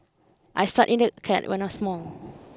I start in the cat when I was small